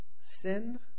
sin